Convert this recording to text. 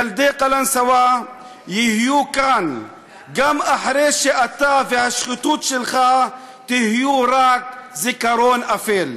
ילדי קלנסואה יהיו כאן גם אחרי שאתה והשחיתות שלך תהיו רק זיכרון אפל.